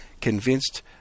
convinced